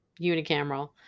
unicameral